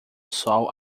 sol